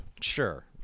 Sure